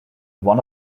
one